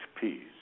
peace